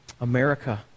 America